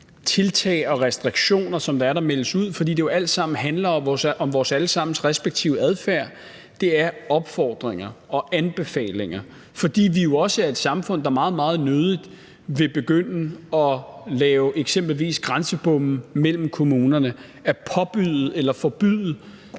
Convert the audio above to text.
tiltag og restriktioner, som der meldes ud, fordi det jo alt sammen handler om vores alle sammens respektive adfærd, er opfordringer og anbefalinger, fordi vi jo også er et samfund, der meget, meget nødig vil begynde at lave eksempelvis grænsebomme mellem kommunerne – at påbyde eller forbyde